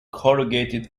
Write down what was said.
corrugated